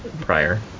prior